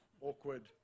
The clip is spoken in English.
awkward